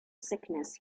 sickness